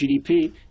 GDP